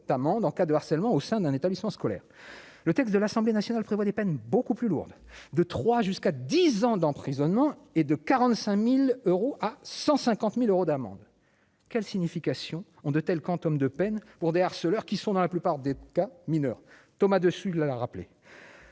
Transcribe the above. d'amende en cas de harcèlement au sein d'un établissement scolaire, le texte de l'Assemblée nationale, prévoit des peines beaucoup plus lourdes de trois jusqu'à 10 ans d'emprisonnement et de 45000 euros à 150000 euros d'amende. Quelle signification ont de telles quantum de peine pour des harceleurs qui sont dans la plupart des cas mineurs Thomas dessus la rappeler.